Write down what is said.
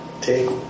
Take